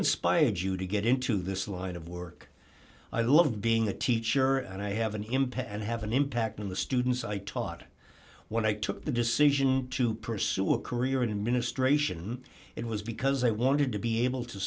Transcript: inspired you to get into this line of work i love being a teacher and i have an impact and have an impact on the students i taught when i took the decision to pursue a career in administration it was because i wanted to be able to